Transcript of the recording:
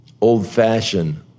Old-fashioned